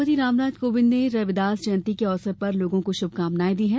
राष्ट्रपति रामनाथ कोविंद ने रविदास जयंती के अवसर पर लोगों को शुभकामनाएं दी हैं